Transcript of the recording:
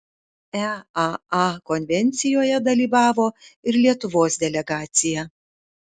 eaa konvencijoje dalyvavo ir lietuvos delegacija